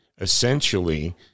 essentially